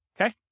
Okay